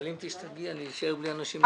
אבל אם תשתגעי אני אשאר בלי אנשים נורמליים.